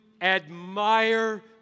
admire